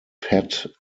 pat